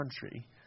country